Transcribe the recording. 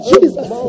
Jesus